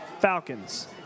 Falcons